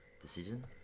Decision